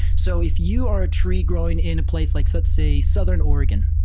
so if you are a tree growing in a place like, so say, southern oregon,